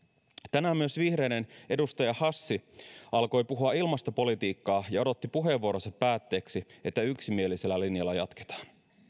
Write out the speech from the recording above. tänään myös vihreiden edustaja hassi alkoi puhua ilmastopolitiikkaa ja odotti puheenvuoronsa päätteeksi että yksimielisellä linjalla jatketaan